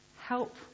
help